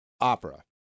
opera